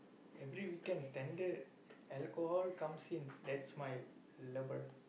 every weekend standard alcohol comes in that's my lover